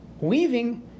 weaving